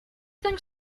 think